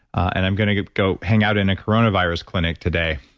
and i'm going to go hang out in a coronavirus clinic today,